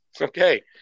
Okay